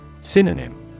Synonym